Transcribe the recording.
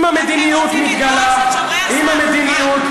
אם המדיניות מתגלה, אתם רוצים לדרוס את שומרי הסף.